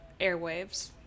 airwaves